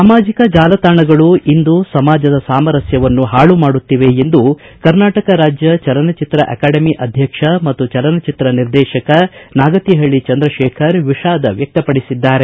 ಸಾಮಾಜಿಕ ಜಾಲ ತಾಣಗಳು ಇಂದು ಸಮಾಜದ ಸಾಮರ್ಥಸವನ್ನು ಹಾಳು ಮಾಡುತ್ತಿವೆ ಎಂದು ಕರ್ನಾಟ ರಾಜ್ಯ ಚಲನಚಿತ್ರ ಅಕಾಡೆಮಿ ಅಧ್ಯಕ್ಷ ಮತ್ತು ಚಲನಚಿತ್ರ ನಿರ್ದೇಶಕ ನಾಗತಿಹಳ್ಳಿ ಚಂದ್ರಶೇಖರ ವಿಷಾದ ವ್ಯಕ್ತಪಡಿಸಿದ್ದಾರೆ